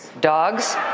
dogs